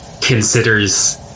considers